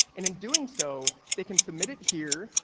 and in doing so, they can submit it here,